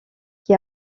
qui